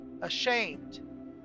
ashamed